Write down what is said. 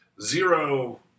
Zero